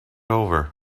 over